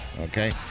okay